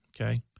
okay